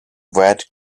red